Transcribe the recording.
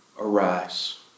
arise